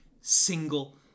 single